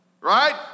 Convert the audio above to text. Right